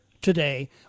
today